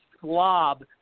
slob